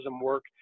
work